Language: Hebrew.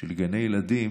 של גני ילדים,